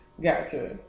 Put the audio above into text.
Gotcha